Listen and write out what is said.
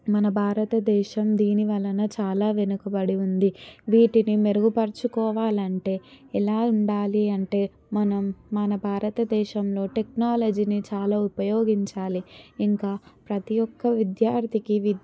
మన భారతదేశం దీని వలన చాలా వెనుకబడి ఉంది వీటిని మెరుగుపరుచుకోవాలంటే ఎలా ఉండాలి అంటే మనం మన భారతదేశంలో టెక్నాలజిని చాలా ఉపయోగించాలి ఇంకా ప్రతీ ఒక్క విద్యార్థికి విద్